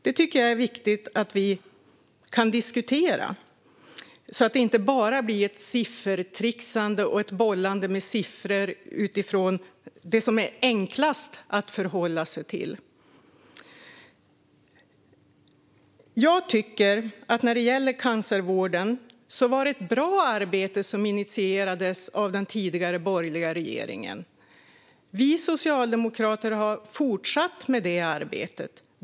Det är viktigt att diskutera det, så att det inte bara blir ett siffertrixande och bollande med siffror utifrån det som är enklast att förhålla sig till. När det gäller cancervården tycker jag att det var ett bra arbete som den borgerliga regeringen initierade. Vi socialdemokrater har fortsatt det arbetet.